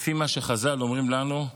לפי מה שחז"ל אומרים לנו,